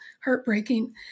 heartbreaking